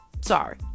Sorry